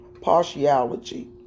partiality